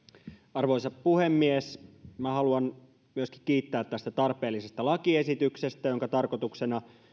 arvoisa puhemies minä haluan myöskin kiittää tästä tarpeellisesta lakiesityksestä jonka tarkoituksena